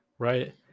right